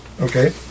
Okay